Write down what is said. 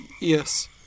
Yes